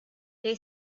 they